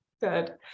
Good